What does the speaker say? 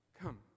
Come